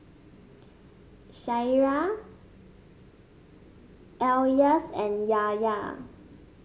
Syirah Elyas and Yahya